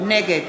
נגד